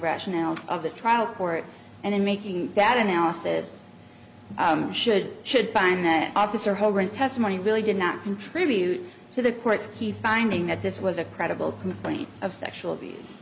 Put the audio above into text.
rationale of the trial court and then making that analysis should should find that officer holder in testimony really did not contribute to the court's the finding that this was a credible complaint of sexual abuse